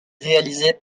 réalisés